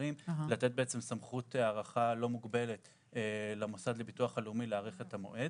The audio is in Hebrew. אחרים לתת סמכות הארכה לא מוגבלת למוסד לביטוח הלאומי להאריך את המועד.